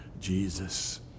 Jesus